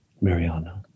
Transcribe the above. Mariana